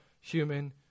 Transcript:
human